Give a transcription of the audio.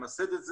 למסד את זה.